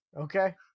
okay